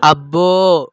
అబ్బో